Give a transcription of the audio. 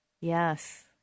Yes